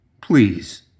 Please